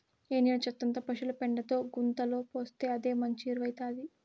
ఎండిన చెత్తంతా పశుల పెండతో గుంతలో పోస్తే అదే మంచి ఎరువౌతాది